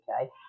Okay